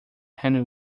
handy